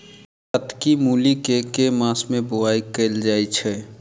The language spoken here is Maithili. कत्की मूली केँ के मास मे बोवाई कैल जाएँ छैय?